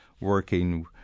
working